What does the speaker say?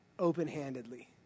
open-handedly